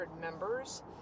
members